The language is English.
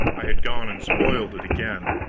i had gone and spoiled it again,